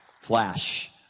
Flash